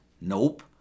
Nope